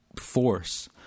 force